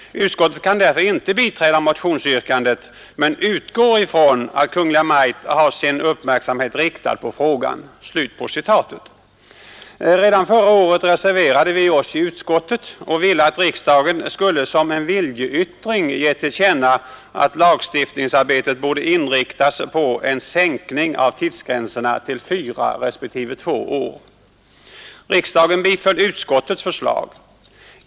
Utskottet kan därför inte biträda 19 april 1972 motionsyrkandet men utgår från att Kungl. Maj:t har sin uppmärksamhet — riktad på frågan.” Redan förra året reserverade vi oss i utskottet och ville att riksdagen skulle som en viljeyttring ge till känna att lagstiftningsarbetet borde inriktas på en sänkning av tidsgränserna till fyra respektive två år. Riksdagen biföll utskottets förslag.